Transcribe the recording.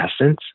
essence